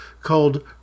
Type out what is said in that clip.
called